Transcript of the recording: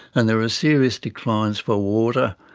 and there are serious declines for water,